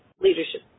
leadership